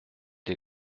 des